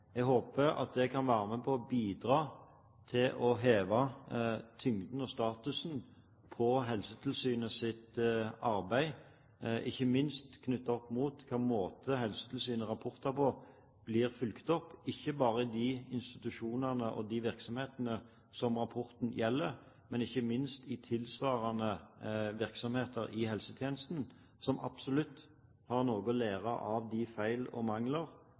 Jeg håper at det kan være med på å bidra til å heve tyngden på og statusen for Helsetilsynets arbeid, ikke minst knyttet opp mot måten Helsetilsynets rapporter blir fulgt opp på, ikke bare i de institusjonene og virksomhetene som rapporten gjelder, men også i tilsvarende virksomheter i helsetjenesten, som absolutt har noe å lære av de feil og mangler